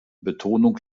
betonung